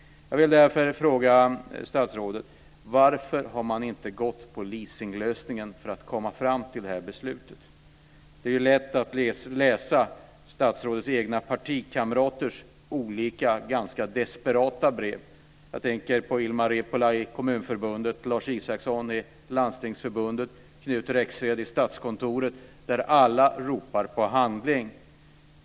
Jag vill därför fråga statsrådet: Varför har man inte gått på leasinglösningen för att komma fram till detta beslut? Det är lätt att läsa statsrådets egna partikamraters olika ganska desperata brev. Jag tänker på Landstingsförbundet och Knut Rexed på Statskontoret som alla ropar på handling.